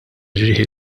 ġrieħi